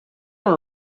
want